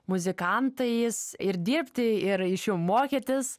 muzikantais ir dirbti ir iš jų mokytis